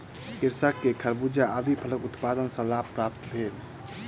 कृषक के खरबूजा आदि फलक उत्पादन सॅ लाभ प्राप्त भेल